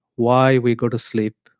why we go to sleep,